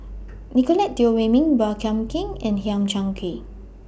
Nicolette Teo Wei Min Baey Yam Keng and Hang Chang Chieh